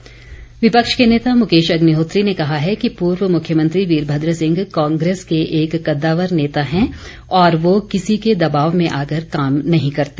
अग्निहोत्री विपक्ष के नेता मुकेश अग्निहोत्री ने कहा है कि पूर्व मुख्यमंत्री वीरभद्र सिंह कांग्रेस के एक कददावर नेता हैं और वो किसी के दबाव में आकर काम नहीं करते